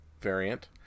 variant